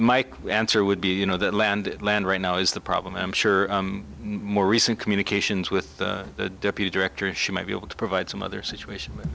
mike answer would be you know that land land right now is the problem i'm sure more recent communications with the deputy director she may be able to provide some other situation